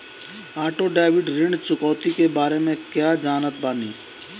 Auto debit ऋण चुकौती के बारे में कया जानत बानी?